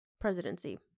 presidency